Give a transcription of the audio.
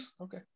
okay